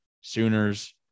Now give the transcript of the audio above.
Sooners